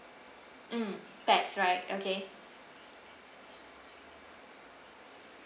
mm text right okay